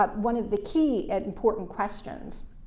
but one of the key important questions.